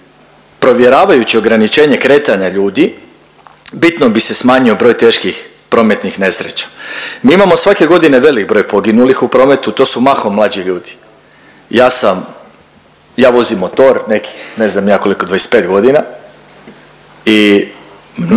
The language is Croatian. provjeravajući ograničenje kretanja ljudi bitno bi se smanjio broj teških prometnih nesreća. Mi imamo svake godine velik broj poginulih u prometu to su mahom mlađi ljudi. Ja sam, ja vozim motor nekih ne znam ni ja koliko 25 godina i